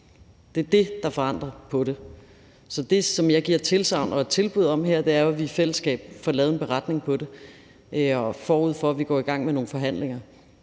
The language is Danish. Det er det, der forandrer på det. Så det, som jeg giver et tilsagn og et tilbud om her, er jo, at vi i fællesskab får lavet en beretning på det, forud for at vi går i gang med nogle forhandlinger.